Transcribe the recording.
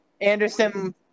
Anderson